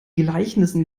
gleichnissen